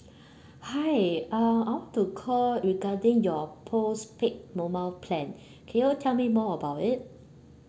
hi uh I want to call regarding your postpaid mobile plan can you tell me more about it